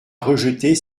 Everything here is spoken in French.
rejeter